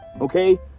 Okay